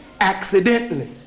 accidentally